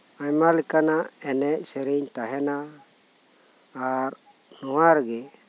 ᱟᱭᱢᱟ ᱞᱮᱠᱟᱱᱟᱜ ᱮᱱᱮᱡ ᱥᱮᱨᱮᱧ ᱛᱟᱦᱮᱱᱟ ᱟᱨ ᱱᱚᱣᱟ ᱨᱤᱜᱤ